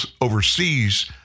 overseas